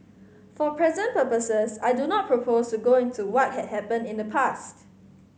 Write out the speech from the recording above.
for present purposes I do not propose to go into what had happened in the past